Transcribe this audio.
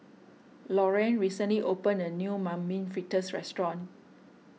Lorayne recently opened a new Mung Bean Fritters restaurant